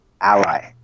ally